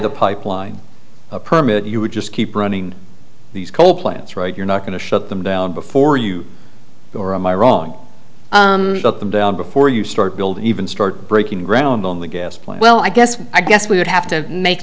the pipeline permit you would just keep running these coal plants right you're not going to shut them down before you or am i wrong before you start building even start breaking ground on the gas plant well i guess i guess we would have to make